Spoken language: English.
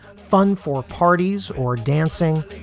fun for parties or dancing,